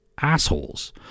assholes